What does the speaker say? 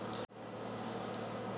रोज जमा करबे नए होते सर डेली जमा करैबै?